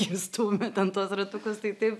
ir stumia ten tuos ratukus tai taip